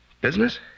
Business